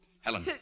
Helen